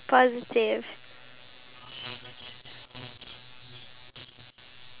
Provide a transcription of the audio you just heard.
what is one of the weirdest thing that you have googled recently